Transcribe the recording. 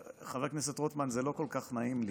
חבר הכנסת רוטמן, זה לא כל כך נעים לי,